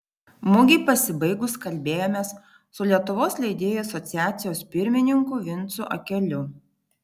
mugei pasibaigus kalbėjomės su lietuvos leidėjų asociacijos pirmininku vincu akeliu